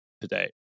today